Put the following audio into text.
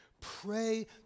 Pray